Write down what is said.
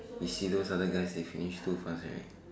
you see those other guys they finish too fast already